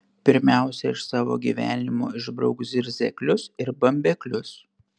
pirmiausia iš savo gyvenimo išbrauk zirzeklius ir bambeklius